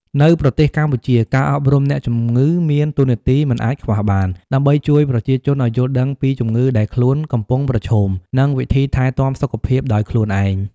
នៅប្រទេសកម្ពុជា ការអប់រំអ្នកជំងឺមានតួនាទីមិនអាចខ្វះបាន ដើម្បីជួយប្រជាជនឱ្យយល់ដឹងពីជំងឺដែលខ្លួនកំពុងប្រឈម និងវិធីថែទាំសុខភាពដោយខ្លួនឯង។